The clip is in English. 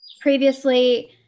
Previously